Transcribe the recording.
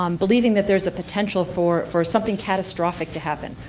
um believing that there is a potential for for something catastrophic to happen,